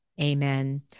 Amen